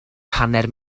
hanner